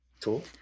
Cool